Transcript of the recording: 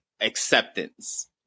acceptance